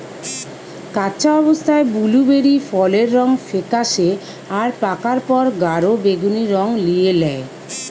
কাঁচা অবস্থায় বুলুবেরি ফলের রং ফেকাশে আর পাকার পর গাঢ় বেগুনী রং লিয়ে ল্যায়